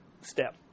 step